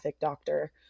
doctor